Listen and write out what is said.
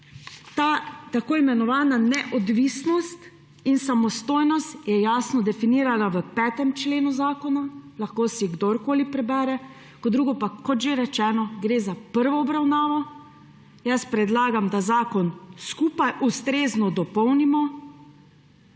Ta tako imenovana neodvisnost in samostojnost je jasno definirana v 5. členu zakona, kar si lahko vsak prebere. Kot drugo pa, kot že rečeno, gre za prvo obravnavo. Jaz predlagam, da zakon skupaj ustrezno dopolnimo.